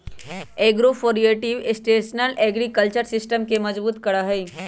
agroforestry sustainable agriculture system के मजबूत करा हई